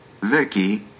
Vicky